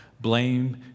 blame